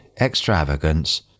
extravagance